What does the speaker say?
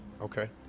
Okay